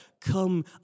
come